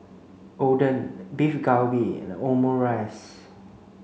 Oden Beef Galbi and Omurice